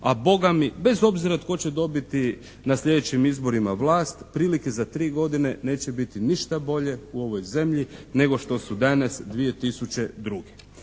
a bogami bez obzira tko će dobiti na sljedećim izborima vlast, prilike za tri godine neće biti ništa bolje u ovoj zemlji nego što su danas 2002. Pa idemo